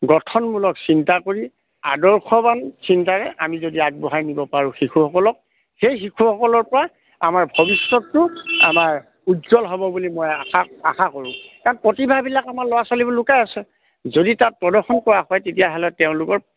গঠনমূলক চিন্তা কৰি আদৰ্শৱান চিন্তাৰে আমি যদি আগবঢ়াই নিব পাৰোঁ শিশুসকলক সেই শিশুসকলৰ পৰা আমাৰ ভৱিষ্যতটো আমাৰ উজ্জ্বল হ'ব বুলি মই আশা আশা কৰোঁ কাৰণ প্ৰতিভাবিলাক আমাৰ ল'ৰা ছোৱালীবোৰৰ লুকাই আছে যদি তাত প্ৰদৰ্শন কৰা হয় তেতিয়াহ'লে তেওঁলোকৰ